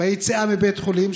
ביציאה מבית חולים,